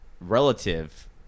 relative